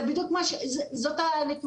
זאת הנקודה.